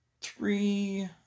three